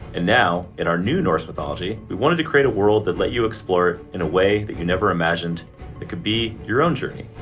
and now in our new norse mythology we wanted to create a world that let you explore it in a way that you never imagined it could be your own journey.